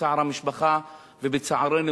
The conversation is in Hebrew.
בצער המשפחה ובצערנו,